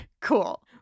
Cool